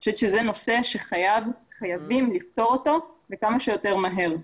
אני חושבת שזה נושא שחייבים לפתור אותו וכמה שיותר מהר.